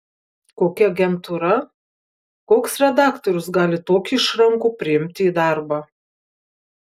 kokia agentūra koks redaktorius gali tokį išrankų priimti į darbą